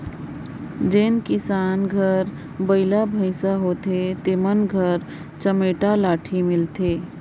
जेन किसान घर बइला भइसा होथे तेमन घर चमेटा लाठी मिलही